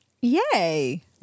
Yay